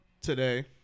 today